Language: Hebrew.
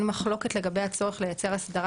אין מחלוקת לגבי הצורך לייצר הסדרה